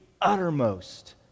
uttermost